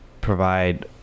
provide